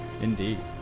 Indeed